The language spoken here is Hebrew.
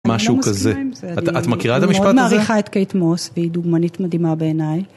משהו כזה, את מכירה את המשפט הזה? אני לא מסכימה עם זה, אני מאוד מעריכה את קייט מוס והיא דוגמנית מדהימה בעיניי.